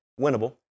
winnable